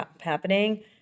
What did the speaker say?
happening